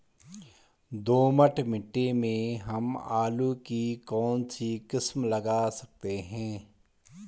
दोमट मिट्टी में हम आलू की कौन सी किस्म लगा सकते हैं?